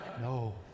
No